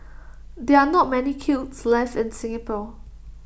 there are not many kilns left in Singapore